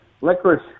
Licorice